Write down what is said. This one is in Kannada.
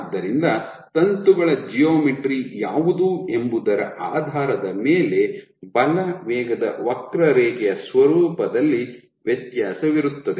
ಆದ್ದರಿಂದ ತಂತುಗಳ ಜಿಯೋಮೆಟ್ರಿ ಯಾವುದು ಎಂಬುದರ ಆಧಾರದ ಮೇಲೆ ಬಲ ವೇಗದ ವಕ್ರರೇಖೆಯ ಸ್ವರೂಪದಲ್ಲಿ ವ್ಯತ್ಯಾಸವಿರುತ್ತದೆ